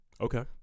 Okay